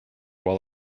while